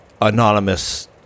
anonymous